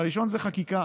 והראשון זה חקיקה.